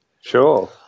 Sure